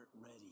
ready